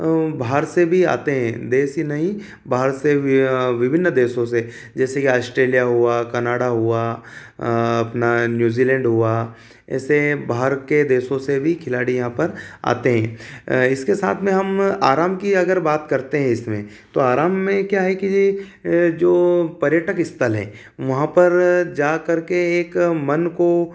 बाहर से भी आते है देश से ही नहीं बाहर से भी विभिन्न देशों से जैसे कि ऑस्ट्रेलिया हुआ कनाडा हुआ अपना न्यूज़ीलैंड हुआ ऐसे बाहर के देशों से भी खिलाड़ी यहाँ पर आते हैं इसके साथ में हम आराम की अगर बात करते है इसमें तो आराम में क्या है कि ये जो पर्यटक स्थल है वहाँ पर जा करके एक मन को